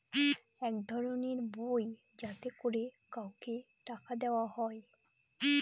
এক ধরনের বই যাতে করে কাউকে টাকা দেয়া হয়